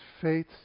faith